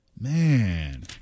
Man